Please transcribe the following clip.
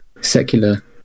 secular